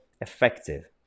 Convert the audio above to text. effective